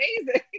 amazing